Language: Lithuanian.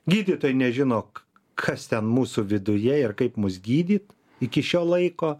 gydytojai nežino kas ten mūsų viduje ir kaip mus gydyt iki šio laiko